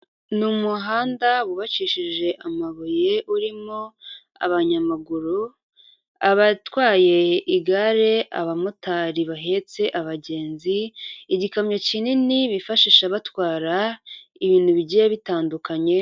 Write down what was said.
Ni umuhanda wubakishije amabuye urimo abanyamaguru abatwaye igare, abamotari bahetse abagenzi, igikamyo kinini bifashisha batwara ibintu bigiye bitandukanye.